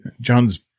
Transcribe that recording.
john's